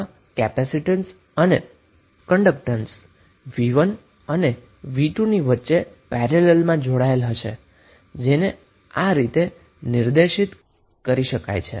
capacitance અને conductance એ v1 અને v2 ની વચ્ચે પેરેલલમાં જોડાયેલ છે આને આ રીતે રજુ કરવામા આવ્યા છે